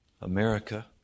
America